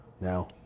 Now